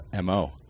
mo